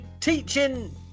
teaching